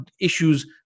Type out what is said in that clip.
issues